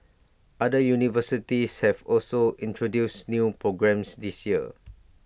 other universities have also introduced new programmes this year